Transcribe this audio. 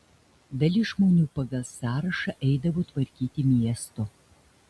dalis žmonių pagal sąrašą eidavo tvarkyti miesto